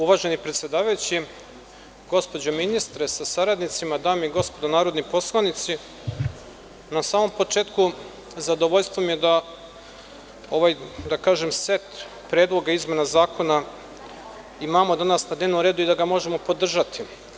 Uvaženi predsedavajući, gospođo ministre sa saradnicima, dame i gospodo narodni poslanici, na samom početku, zadovoljstvo mi je da ovaj set predloga izmena zakona imamo danas na dnevnom redu i da ga možemo podržati.